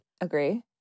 Agree